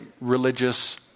religious